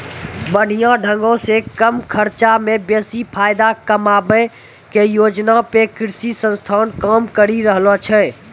बढ़िया ढंगो से कम खर्चा मे बेसी फायदा कमाबै के योजना पे कृषि संस्थान काम करि रहलो छै